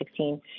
2016